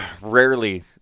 rarely